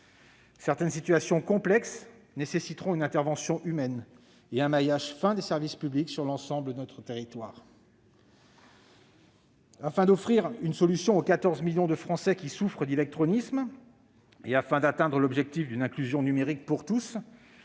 Certaines situations complexes nécessiteront une intervention humaine et un maillage fin des services publics sur l'ensemble du territoire. Afin d'offrir une solution aux 14 millions de Français qui souffrent d'illectronisme et d'atteindre l'objectif d'une inclusion numérique pour tous,